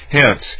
hence